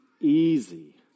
easy